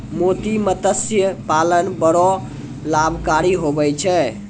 मोती मतस्य पालन बड़ो लाभकारी हुवै छै